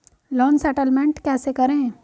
Loan settlement कैसे करें?